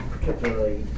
particularly